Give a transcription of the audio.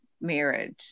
marriage